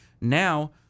Now